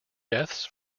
deaths